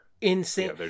insane